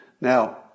Now